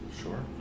sure